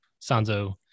Sanzo